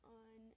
on